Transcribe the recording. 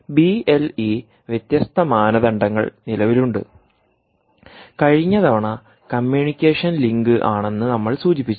B L E വ്യത്യസ്ത മാനദണ്ഡങ്ങൾ നിലവിലുണ്ട് കഴിഞ്ഞ തവണ B L E communication link ആണെന്ന് നമ്മൾ സൂചിപ്പിച്ചു